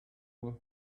him